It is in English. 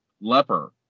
leper